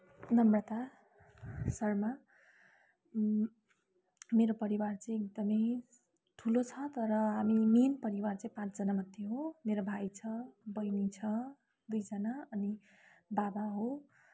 नम्रता शर्मा मेरो परिवार चाहिँ एकदमै ठुलो छ तर हामी मेन परिवार चाहिँ पाँचजना मात्रै हो मेरो भाइ छ बैनी छ दुईजना अनि बाबा हो